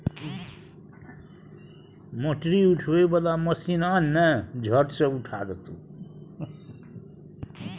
मोटरी उठबै बला मशीन आन ने झट सँ उठा देतौ